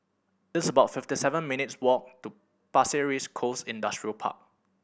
it's about fifty seven minutes' walk to Pasir Ris Coast Industrial Park